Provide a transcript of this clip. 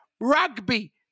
Rugby